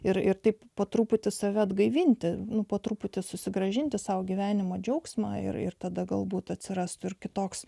ir ir taip po truputį save atgaivinti nuo po truputį susigrąžinti sau gyvenimo džiaugsmą ir ir tada galbūt atsirastų kitoks